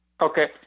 Okay